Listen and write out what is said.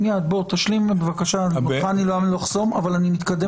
אני לא רוצה לחסום, אבל אני מתקדם.